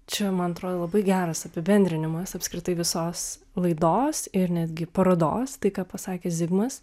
čia man atrodo labai geras apibendrinimas apskritai visos laidos ir netgi parodos tai ką pasakė zigmas